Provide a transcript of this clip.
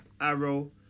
arrow